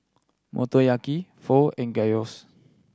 Motoyaki Pho and Gyros